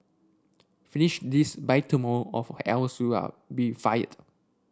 finish this by tomorrow of else you'll be fired